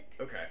Okay